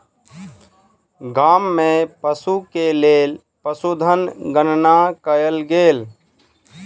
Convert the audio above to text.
गाम में पशु के लेल पशुधन गणना कयल गेल